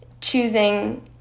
choosing